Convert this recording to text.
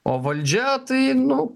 o valdžia tai nu